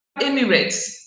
Emirates